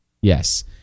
yes